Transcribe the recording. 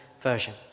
Version